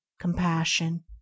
compassion